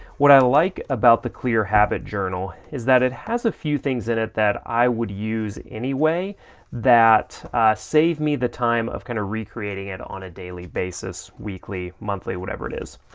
what i like about the clear habit journal is that it has a few things that that i would use any way that save me the time of kind of recreating it on a daily basis, weekly, monthly, whatever it is,